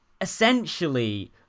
essentially